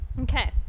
Okay